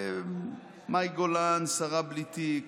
מאי גולן, שרה בלי תיק,